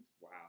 Wow